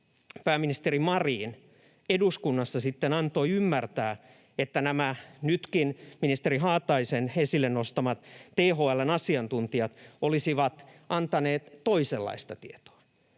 pääministeri Marin eduskunnassa sitten antoi ymmärtää, että nämä nytkin ministeri Haataisen esille nostamat THL:n asiantuntijat olisivat antaneet toisenlaista tietoa?